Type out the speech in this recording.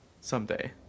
Someday